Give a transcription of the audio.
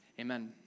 amen